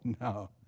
no